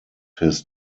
his